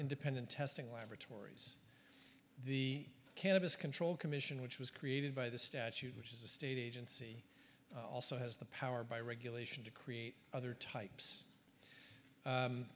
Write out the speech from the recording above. independent testing laboratories the cannabis control commission which was created by the statute which is the state agency also has the power by regulation to create other types u